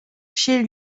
chez